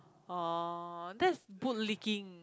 orh that's bootlicking